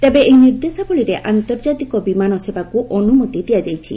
ତେବେ ଏହି ନିର୍ଦ୍ଦେଶାବଳୀରେ ଆର୍ନ୍ତଜାତିକ ବିମାନ ସେବାକୁ ଅନୁମତି ଦିଆଯାଇଛି